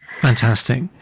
Fantastic